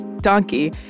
donkey